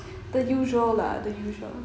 the usual lah the usual